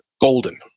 golden